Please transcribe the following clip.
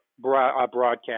broadcast